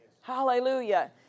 Hallelujah